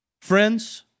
friends